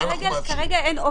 מה אנחנו מאפשרים?